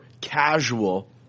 casual